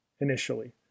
initially